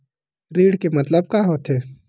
ऋण के मतलब का होथे?